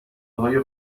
های